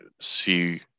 see